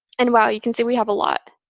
and wow, you can see we have a lot.